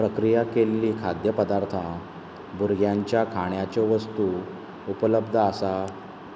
प्रक्रिया केल्लीं खाद्यपदार्थां भुरग्यांच्या खाणाच्यो वस्तू उपलब्ध आसा